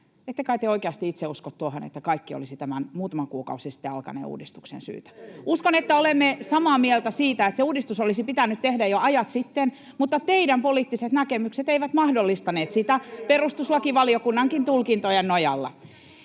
te oikeasti itse usko tuohon, että kaikki olisi tämän, muutama kuukausi sitten alkaneen uudistuksen syytä? [Ben Zyskowicz: Ei kun neljä vuotta teillä oli valta!] Uskon, että olemme samaa mieltä siitä, että se uudistus olisi pitänyt tehdä jo ajat sitten, mutta teidän poliittiset näkemyksenne eivät mahdollistaneet sitä, perustuslakivaliokunnankin tulkintojen nojalla.